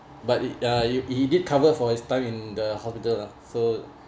but it uh you he did cover for his time in the hospital lah so